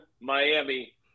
Miami